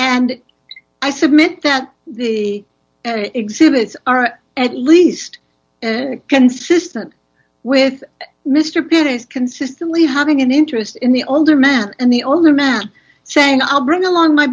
and i submit that the exhibits are at least consistent with mr pitt is consistently having an interest in the older man and the older man saying i'll bring along my